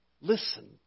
Listen